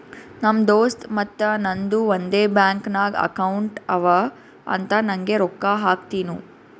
ನಮ್ ದೋಸ್ತ್ ಮತ್ತ ನಂದು ಒಂದೇ ಬ್ಯಾಂಕ್ ನಾಗ್ ಅಕೌಂಟ್ ಅವಾ ಅಂತ್ ನಂಗೆ ರೊಕ್ಕಾ ಹಾಕ್ತಿನೂ